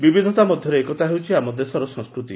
ବିବିଧତା ମଧ୍ୟରେ ଏକତା ହେଉଛି ଆମ ଦେଶର ସଂସ୍କୃତି